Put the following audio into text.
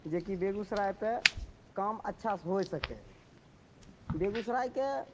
जेकि बेगूसरायपर काम अच्छासे होइ सकै बेगूसरायके